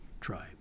tribe